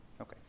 Okay